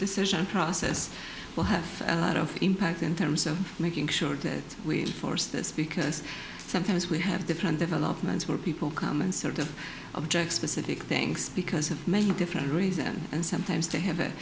and process will have a lot of impact in terms of making sure that we force this because sometimes we have different developments where people come and sort of objects specific things because of many different reason and sometimes to have